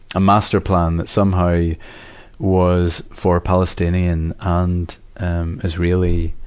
a master plan that somehow was for palestinian and israeli,